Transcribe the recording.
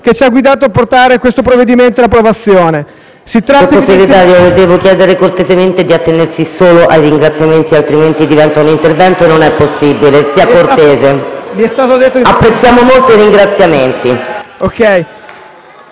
che ci ha guidato a portare questo provvedimento all'approvazione…